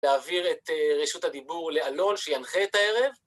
להעביר את רשות הדיבור לאלון, שינחה את הערב.